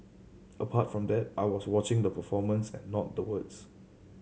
apart from that I was watching the performance and not the words